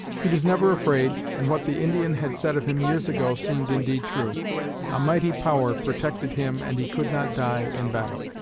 he was never afraid and what the indian had said of him years ago seemed indeed true a mighty power protected him and he could not die in battle!